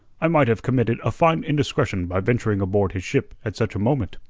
i might have committed a fine indiscretion by venturing aboard his ship at such a moment.